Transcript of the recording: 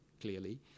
clearly